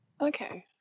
Okay